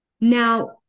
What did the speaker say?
Now